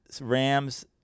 Rams